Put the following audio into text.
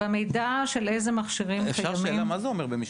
שאלה: מה זה אומר במשמרות?